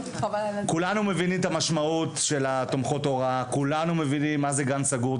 כולנו מבינים את המשמעות של תומכות הוראה כולנו מבינים מה זה גן סגור.